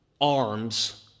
arms